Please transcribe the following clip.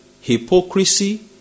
hypocrisy